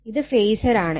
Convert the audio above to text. ഇത് ഫേസർ ആണ്